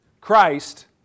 Christ